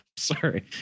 Sorry